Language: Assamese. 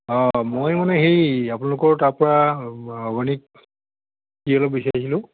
অঁ মই মানে সেই আপোনালোকৰ তাৰপৰা অৰ্গেনিক টি অলপ বিচাৰিছিলোঁ